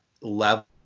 level